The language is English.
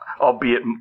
albeit